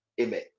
Amen